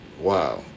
Wow